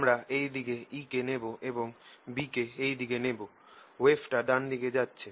আমরা এই দিকে E কে নেব এবং B কে এই দিকে নেব ওয়েভটা ডান দিকে যাচ্ছে